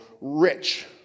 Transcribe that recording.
rich